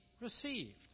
received